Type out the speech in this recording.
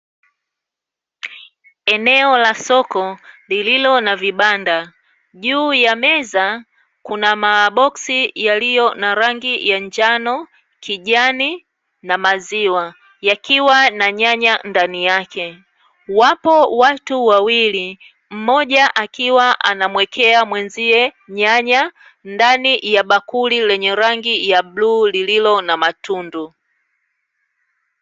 Eneo la soko lililo na vibanda, juu ya meza kuna maboksi yaliyo na rangi ya njano, kijani na maziwa yakiwa na nyanya. Ndani yake wapo watu wawili mmoja akiwa anamuekea mwenzie nyanya ndani ya bakuli lenye rangi ya bluu lililo na matundu.